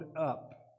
up